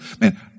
man